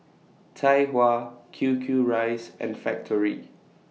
Tai Hua Q Q Rice and Factorie